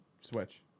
switch